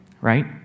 right